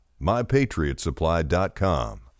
MyPatriotSupply.com